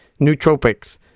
nootropics